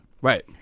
Right